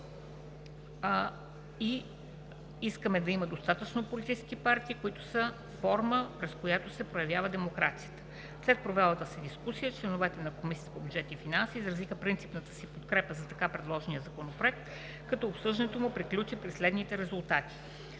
искаме да има достатъчно политически партии, които са форма, чрез която се проявява демокрацията. След провелата се дискусия членовете на Комисията по бюджет и финанси изразиха принципната си подкрепа за така предложения Законопроект, като обсъждането му приключи със следните резултати: